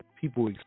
people